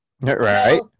Right